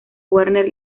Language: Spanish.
werner